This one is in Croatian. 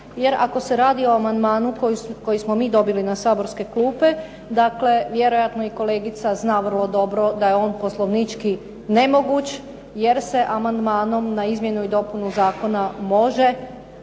Jer ako se radi o amandmanu koji smo mi dobili na saborske klupe, dakle vjerojatno i kolegica zna vrlo dobro da je on poslovnički nemoguć, jer se amandmanom na izmjenu i dopunu zakona može